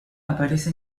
aparece